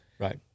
right